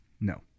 No